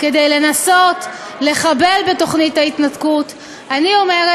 כיושב-ראש הקואליציה אני מצהיר,